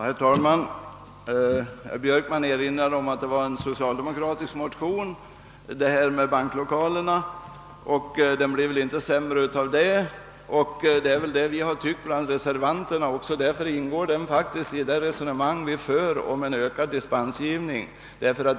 Herr talman! Herr Björkman erinrade om att det var en socialdemokratisk motion som tog upp frågan om banklokalerna — och den blev väl inte sämre av det. Det är väl det vi reservanter också har tyckt. Därför ingår den faktiskt i det resonemang som vi för om ökad dispensgivning.